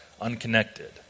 unconnected